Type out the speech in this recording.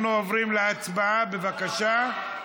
אנחנו עוברים להצבעה, בבקשה.